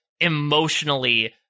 emotionally